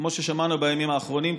כמו ששמענו בימים האחרונים.